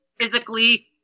physically